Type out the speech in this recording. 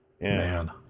Man